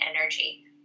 energy